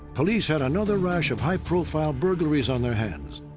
police had another rash of high profile burglaries on their hands,